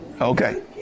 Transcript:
Okay